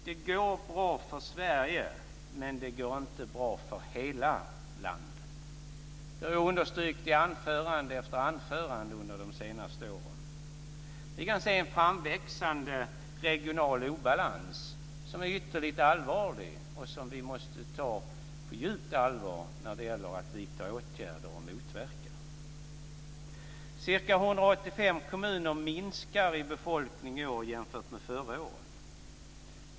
Det går bra för Sverige, men det går inte bra för hela landet. Det har jag understrukit i anförande efter anförande under de senaste åren. Vi kan se en framväxande regional obalans som är ytterligt allvarlig och som vi måste ta på djupt allvar när det gäller att vidta åtgärder och motverka. Ca 185 kommuner minskar i befolkning i år jämfört med förra året.